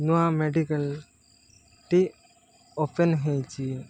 ନୂଆ ମେଡ଼ିକାଲ୍ଟି ଓପେନ୍ ହେଇଛି